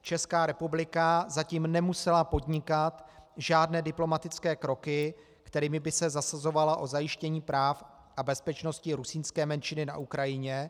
Česká republika zatím nemusela podnikat žádné diplomatické kroky, kterými by se zasazovala o zajištění práv a bezpečnosti rusínské menšiny na Ukrajině.